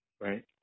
Right